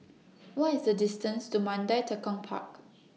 What IS The distance to Mandai Tekong Park